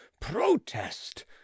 protest